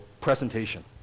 presentation